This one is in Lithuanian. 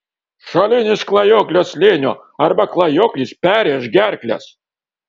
šalin iš klajoklio slėnio arba klajoklis perrėš gerkles